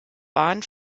bahn